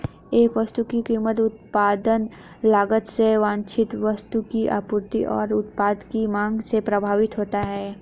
एक वस्तु की कीमत उत्पादन लागत से वांछित वस्तु की आपूर्ति और उत्पाद की मांग से प्रभावित होती है